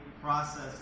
process